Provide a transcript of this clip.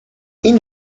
این